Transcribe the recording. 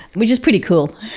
which is pretty cool.